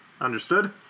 Understood